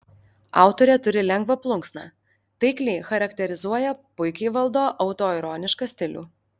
autorė turi lengvą plunksną taikliai charakterizuoja puikiai valdo autoironišką stilių